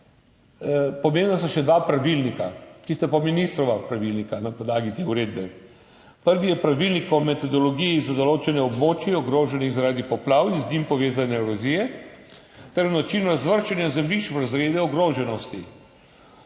pomembna sta še dva pravilnika, ki pa sta ministrova pravilnika na podlagi te uredbe. Prvi je Pravilnik o metodologiji za določanje območij, ogroženih zaradi poplav in z njimi povezane erozije celinskih voda in morja, ter o načinu razvrščanja zemljišč v razrede ogroženosti.